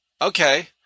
okay